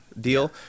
deal